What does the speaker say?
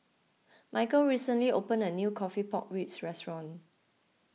Michial recently opened a new Coffee Pork Ribs Restaurant